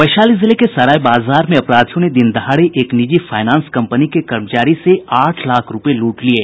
वैशाली जिले के सराय बाजार में अपराधियों ने दिनदहाड़े एक निजी फाइनेंस कंपनी के कर्मचारी से आठ लाख रुपये लूट लिये